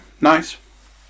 nice